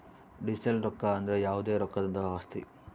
digital ರೊಕ್ಕ ಅಂದ್ರ ಯಾವ್ದೇ ರೊಕ್ಕದಂತಹ ಆಸ್ತಿ